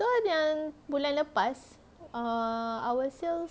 so yang bulan lepas err our sales